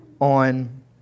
on